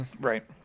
right